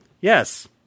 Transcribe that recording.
Yes